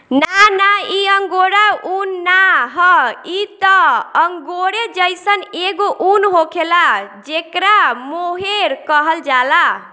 ना ना इ अंगोरा उन ना ह इ त अंगोरे जइसन एगो उन होखेला जेकरा मोहेर कहल जाला